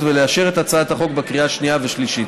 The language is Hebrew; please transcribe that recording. ולאשר את הצעת החוק בקריאה השנייה והשלישית.